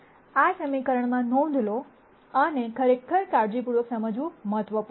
આ સમીકરણમાં નોંધ લો આને ખરેખર કાળજીપૂર્વક સમજવું મહત્વપૂર્ણ છે